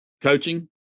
coaching